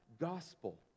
gospel